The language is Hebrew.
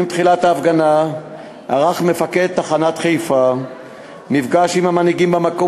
עם תחילת ההפגנה ערך מפקד תחנת חיפה מפגש עם המנהיגים במקום,